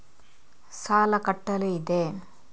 ಸಾಲ ಕಟ್ಟಲು ಇದೆ